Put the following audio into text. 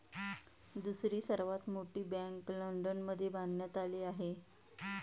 दुसरी सर्वात मोठी बँक लंडनमध्ये बांधण्यात आली आहे